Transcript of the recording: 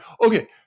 Okay